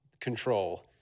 control